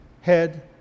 head